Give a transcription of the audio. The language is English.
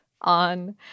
on